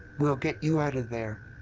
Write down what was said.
we'll get you out of there.